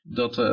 dat